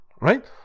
right